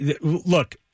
Look